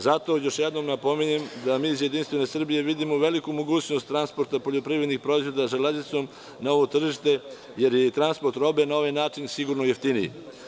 Zato još jednom napominjem da mi iz Jedinstvene Srbije vidimo veliku mogućnost transporta poljoprivrednih proizvoda železnicom na ovom tržište jer je i transport robe na ovaj način sigurno jeftiniji.